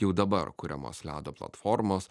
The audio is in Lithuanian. jau dabar kuriamos ledo platformos